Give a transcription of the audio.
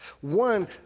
one